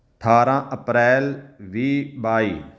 ਅਠਾਰਾਂ ਅਪ੍ਰੈਲ ਵੀਹ ਬਾਈ